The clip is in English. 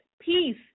peace